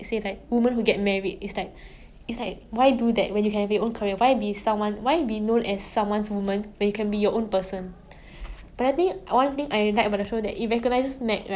does not make you less of a woman like it does not make you less of a feminist just because you prefer to be like follow traditional role that's what I like about lah like it recognizes all types of women whether like jo independent